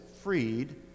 freed